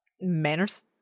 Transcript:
Manners